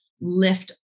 lift